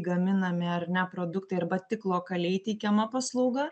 gaminami ar ne produktai arba tik lokaliai teikiama paslauga